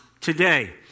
today